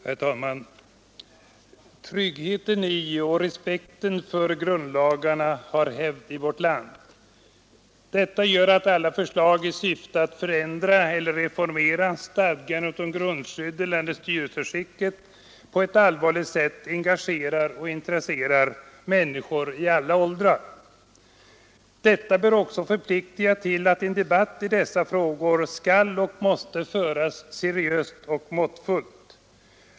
Herr talman! Tryggheten i och respekten för grundlagarna har hävd i vårt land. Detta gör att alla förslag i syfte att förändra eller reformera stadgandet om grundlagsskyddet eller styrelseskicket på ett allvarligt sätt engagerar och intresserar människor i alla åldrar. Detta bör också förplikta till att en debatt i dessa frågor förs seriöst och måttfullt.